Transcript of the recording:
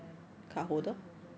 oh ya ya car holder